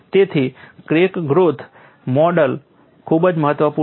તેથી crack growth model ખૂબ જ મહત્વપૂર્ણ છે